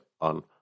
on